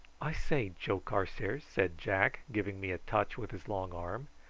i say, joe carstairs, said jack, giving me a touch with his long arm.